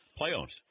playoffs